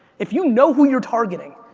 if you know who you're targeting,